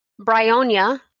bryonia